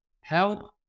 help